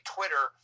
Twitter